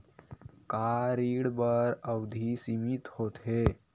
का ऋण बर अवधि सीमित होथे?